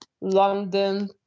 London